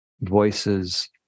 voices